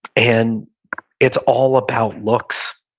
and it's all about looks,